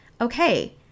Okay